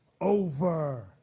over